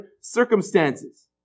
circumstances